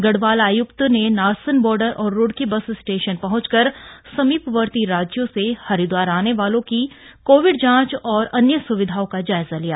गढ़वाल आयुक्त ने नारसन बार्डर और रूड़की बस स्टेशन पहुंचकर समीपवर्ती राज्यों से हरिद्वार आने वालों की कोविड जांच और अन्य स्विधाओं का जायजा लिया